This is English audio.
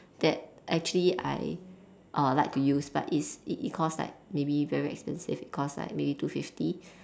that actually I uh like to use but is it it cost like maybe very expensive it cost like maybe two fifty